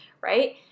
right